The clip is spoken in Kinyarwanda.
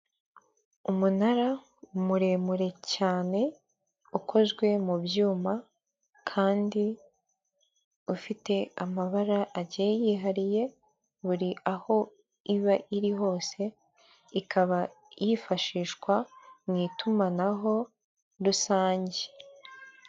Umunara muremure cyane, ukozwe mu byuma kandi ufite amabara agiye yihariye, buri aho iba iri hose, ikaba yifashishwa mu itumanaho rusange.